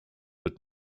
wird